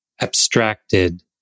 abstracted